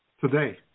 today